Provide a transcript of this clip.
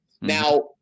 Now